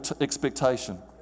expectation